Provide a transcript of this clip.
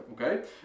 okay